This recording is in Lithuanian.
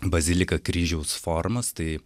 bazilika kryžiaus formos tai